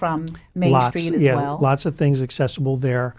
from lots of things are accessible they're